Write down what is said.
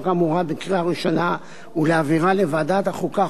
האמורה בקריאה ראשונה ולהעבירה לוועדת החוקה,